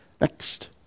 Next